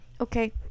okay